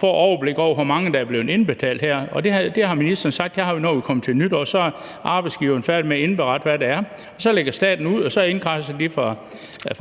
få et overblik over, hvor meget der er blevet indbetalt, og der har ministeren sagt, at det overblik har vi, når vi kommer til nytår. Så er arbejdsgiverne færdige med at indberette, hvad der er, og så lægger staten ud, og så indkradser de fra